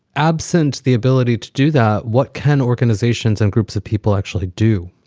absent the ability to do that, what can organizations and groups of people actually do?